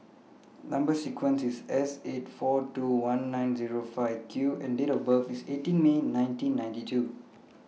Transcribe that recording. Number sequence IS S eight four two one nine Zero five Q and Date of birth IS eighteen May nineteen ninety two